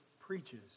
preaches